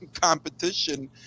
competition